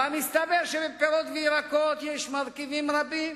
אבל מסתבר שבפירות וירקות יש מרכיבים רבים,